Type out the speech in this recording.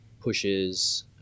pushes